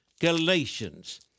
Galatians